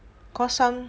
cause some